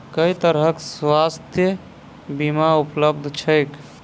केँ तरहक स्वास्थ्य बीमा उपलब्ध छैक?